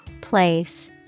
Place